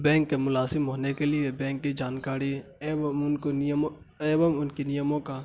bank کے ملازم ہونے کے لیے بینک کی جانکاری ایوم ان کے نیموں کا